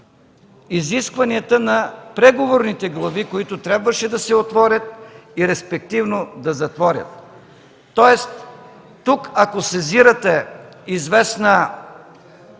изискванията на преговорните глави, които трябваше да се отворят и респективно да затворят. Тоест тук, ако сезирате известна